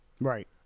right